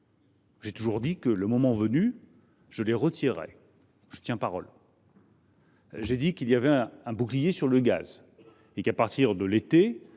J’ai toujours dit que, le moment venu, je les retirerai. Je tiens parole. J’ai dit qu’il y avait un bouclier sur le gaz et qu’à partir de l’été,